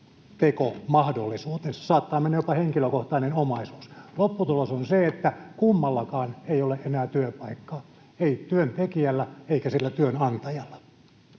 ansiontekomahdollisuutensa — saattaa mennä jopa henkilökohtainen omaisuus. Lopputulos on se, että kummallakaan ei ole enää työpaikkaa, ei työntekijällä eikä työnantajalla.